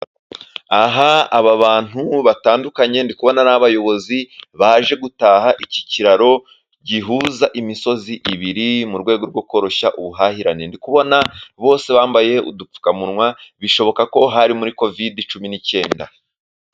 Aha aba bantu batandukanye, ndi kubona ari abayobozi baje gutaha iki kiraro gihuza imisozi ibiri, mu rwego rwo koroshya ubuhahirane. Ndi kubona bose bambaye udupfukamunwa birashoboka ko hari muri kovide cumi n'icyenda.